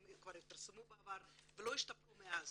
הם כבר התפרסמו בעבר ולא השתפרו מאז.